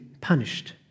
punished